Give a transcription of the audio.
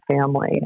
family